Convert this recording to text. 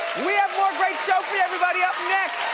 we have more great show for you everybody. up next,